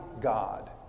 God